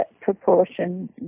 proportion